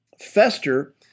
fester